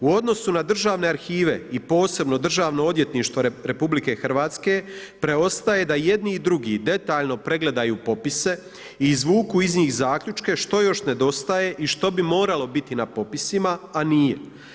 U odnosu na državne arhive i posebno državno odvjetništvo RH preostaje da jedni i drugi detaljno pregledaju popise i izvuku iz njih zaključke što još nedostaje i što bi moralo biti na popisima, a nije.